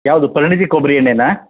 ಯಾವುದು ಪರಿಣಿತಿ ಕೊಬ್ಬರಿ ಎಣ್ಣೆನಾ